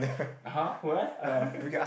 (uh huh) where